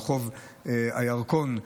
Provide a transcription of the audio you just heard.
ברחוב הירקון,